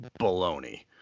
baloney